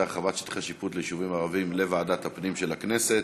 הרחבת שטחי שיפוט ליישובים ערביים לוועדת הפנים של הכנסת.